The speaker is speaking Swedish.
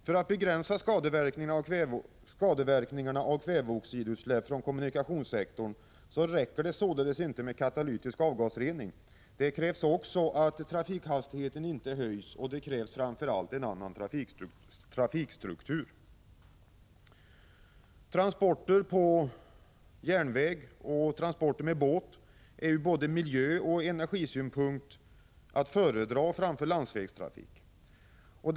För att begränsa skadeverkningarna av kväveoxidutsläpp från kommunikationssektorn räcker det således inte med katalytisk avgasrening. Det krävs att trafikhastigheten inte höjs, och det krävs framför allt en annan trafikstruktur. Transporter på järnväg och transporter med båt är ur både miljöoch energisynpunkt att föredra framför transporter via landsvägstrafik.